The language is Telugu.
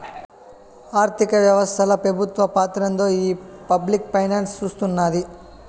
ఆర్థిక వ్యవస్తల పెబుత్వ పాత్రేంటో ఈ పబ్లిక్ ఫైనాన్స్ సూస్తున్నాది